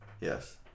Yes